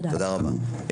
תודה רבה.